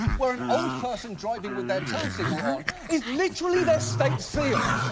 where an old person driving with their turn signal on is literally their state seal.